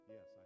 Yes